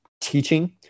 teaching